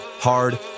hard